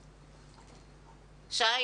כן.